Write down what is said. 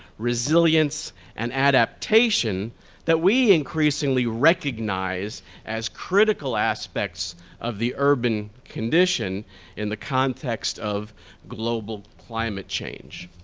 resilience and adaptation that we increasingly recognize as critical aspects of the urban condition in the context of global climate change.